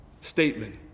statement